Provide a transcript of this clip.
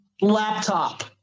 laptop